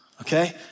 Okay